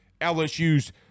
LSU's